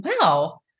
wow